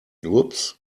oops